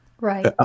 Right